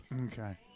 Okay